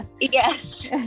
Yes